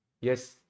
Yes